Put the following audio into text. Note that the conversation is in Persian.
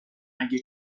اگه